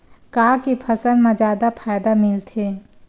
का के फसल मा जादा फ़ायदा मिलथे?